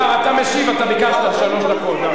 אתה משיב, אתה ביקשת שלוש דקות.